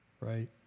right